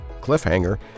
cliffhanger